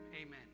amen